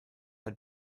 had